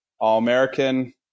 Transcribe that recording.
All-American